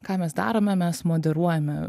ką mes darome mes moderuojame